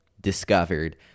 discovered